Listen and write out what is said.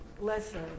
lesson